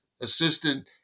assistant